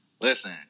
listen